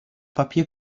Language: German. papier